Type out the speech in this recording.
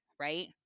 right